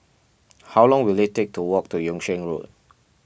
how long will it take to walk to Yung Sheng Road